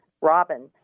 robin